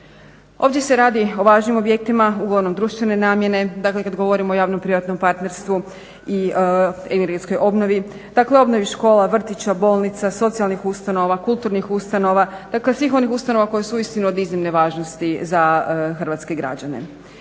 Ovdje se radi o važnim objektima uglavnom društvene namjene. Dakle, kad govorim o javno-privatnom partnerstvu i energetskoj obnovi, dakle obnovi škola, vrtića, bolnica, socijalnih ustanova, kulturnih ustanova. Dakle, svih onih ustanova koje su uistinu od iznimne važnosti za hrvatske građane.